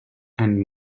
and